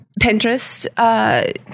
Pinterest